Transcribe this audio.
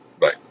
Bye